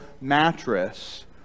mattress